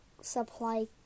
supply